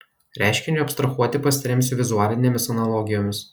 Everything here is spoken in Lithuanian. reiškiniui abstrahuoti pasiremsiu vizualinėmis analogijomis